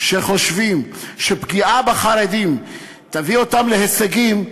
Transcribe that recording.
שחושבים שפגיעה בחרדים תביא אותם להישגים,